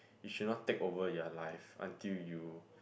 it should not take over your life until you